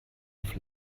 auf